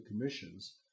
commissions